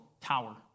Tower